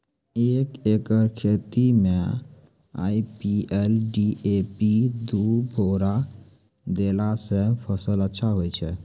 एक एकरऽ खेती मे आई.पी.एल डी.ए.पी दु बोरा देला से फ़सल अच्छा होय छै?